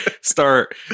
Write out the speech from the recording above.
start